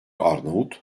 arnavut